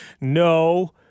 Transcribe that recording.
no